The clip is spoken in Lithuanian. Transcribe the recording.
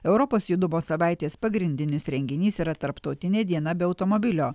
europos judumo savaitės pagrindinis renginys yra tarptautinė diena be automobilio